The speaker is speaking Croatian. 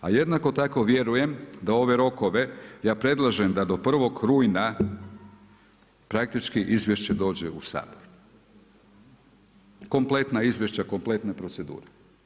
A jednako tako vjerujem da ove rokove, ja predlažem da do 1. rujna praktički izvješće dođe u Sabor, kompletna izvješća, kompletne procedure.